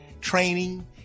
training